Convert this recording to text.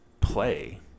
play